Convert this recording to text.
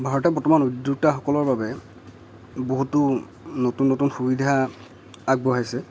ভাৰতৰ বৰ্তমান উদ্যোক্তাসকলৰ বাবে বহুতো নতুন নতুন সুবিধা আগবঢ়াইছে